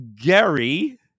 Gary